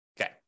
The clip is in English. Okay